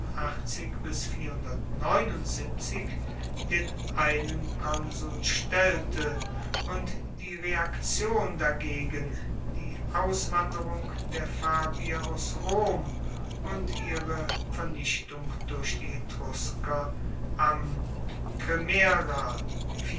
den einen konsul stellte und die reaktion dagegen die auswanderung der fabier aus rom und ihre vernichtung durch die